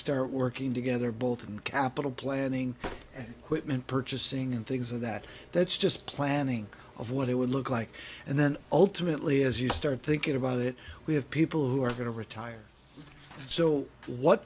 start working together both in capital planning and whitman purchasing and things of that that's just planning of what it would look like and then ultimately as you start thinking about it we have people who are going to retire so what